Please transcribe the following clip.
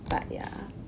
but ya